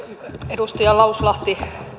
edustaja lauslahti